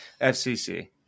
FCC